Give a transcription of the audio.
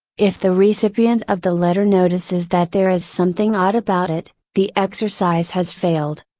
if the recipient of the letter notices that there is something odd about it, the exercise has failed.